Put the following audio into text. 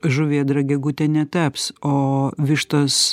žuvėdra gegute netaps o vištos